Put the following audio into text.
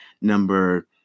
Number